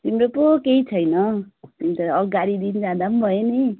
तिम्रो पो केही छैन अन्त अगाडिको दिन जाँदा पनि भयो नि